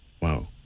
Wow